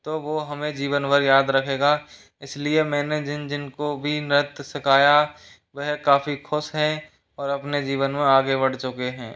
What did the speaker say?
तो वो हमें जीवन भर याद रखेगा इसलिए मैंने जिन जिन को भी नृत्य सिखाया वह काफ़ी खुश हैं और अपने जीवन में आगे बढ़ चुके हैं